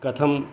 कथं